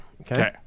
Okay